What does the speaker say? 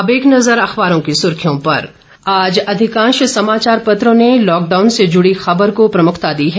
अब एक नजर अखबारों की सुर्खियों पर आज अधिकांश समाचार पत्रों ने लॉकडाउन से जुड़ी खबर को प्रमुखता दी है